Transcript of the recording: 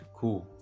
cool